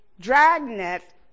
dragnet